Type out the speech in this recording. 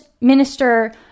minister